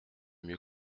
mieux